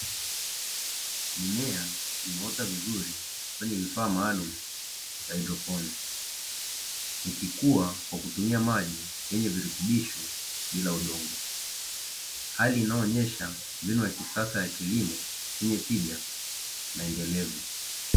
Mimea imeota vizuri kwenye vifaa maalumu vya haidroponi, ikikua kwa kutumia maji yenye virutubisho bila udongo, hali inaonyesha mbinu ya kisasa ya kilimo chenye tija na endelevu.